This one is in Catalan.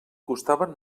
costaven